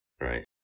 Right